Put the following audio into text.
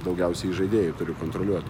daugiausiai įžaidėjų turiu kontroliuot